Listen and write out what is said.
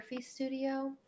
Studio